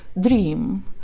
dream